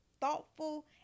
thoughtful